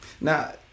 now